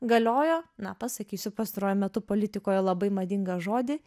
galiojo na pasakysiu pastaruoju metu politikoje labai madingą žodį